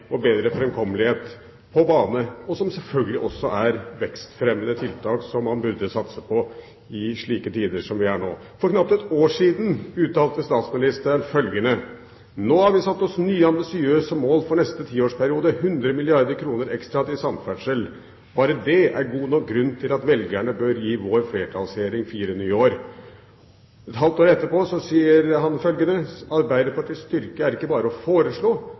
og bedre framkommelighet på bane, som selvfølgelig også er vekstfremmende tiltak som man burde satse på i slike tider som vi har nå. For knapt et år siden uttalte statsministeren følgende: «Nå har vi satt oss nye ambisiøse mål for neste tiårsperiode: 100 milliarder kroner ekstra til samferdsel. Bare det er god nok grunn til at velgerne bør gi vår flertallsregjering fire nye år!» Et halvt år etterpå sier han følgende: «Arbeiderpartiets styrke er ikke bare å